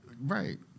Right